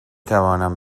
توانم